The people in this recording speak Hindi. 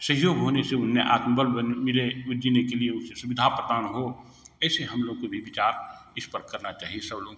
सहयोग होने से उन्हें आत्मबल मिले वा जीने के लिए उसे सुविधा प्रदान हो ऐसे हम लोग के भी विचार इस पर करना चाहिए सब लोग को